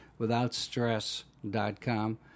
withoutstress.com